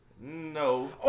No